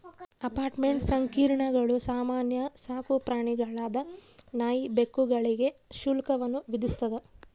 apartment ಸಂಕೀರ್ಣಗಳು ಸಾಮಾನ್ಯ ಸಾಕುಪ್ರಾಣಿಗಳಾದ ನಾಯಿ ಬೆಕ್ಕುಗಳಿಗೆ ಶುಲ್ಕವನ್ನು ವಿಧಿಸ್ತದ